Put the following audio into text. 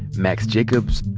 max jacobs,